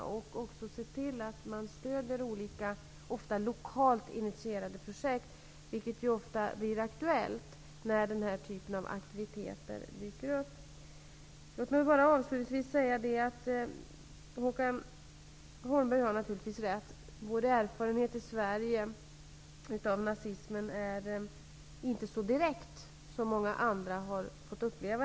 Man måste också se till att man stöder olika, ofta lokalt initierade, projekt. Det blir ofta aktuellt när den här typen av aktiviteter dyker upp. Låt mig avslutningsvis säga att Håkan Holmberg naturligtvis har rätt i att vår erfarenhet i Sverige av nazismen inte är så direkt som i många andra länder.